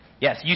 Yes